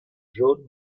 jaunes